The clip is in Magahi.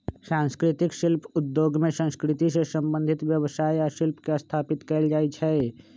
संस्कृतिक शिल्प उद्योग में संस्कृति से संबंधित व्यवसाय आ शिल्प के स्थापित कएल जाइ छइ